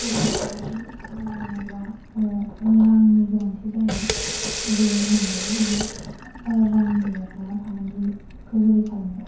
गोदान फालांगि जागायनोब्ला रांनि गोनांथि जायो बे नोंगौ माने रां गैयाब्ला फालांगिखौ बोरै खालामनो